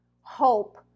hope